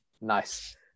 Nice